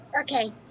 Okay